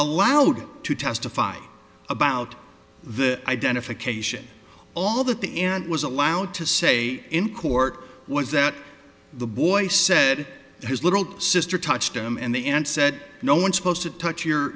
allowed to testify about the identification all that the aunt was allowed to say in court was that the boy said his little sister touched him and they and said no one's supposed to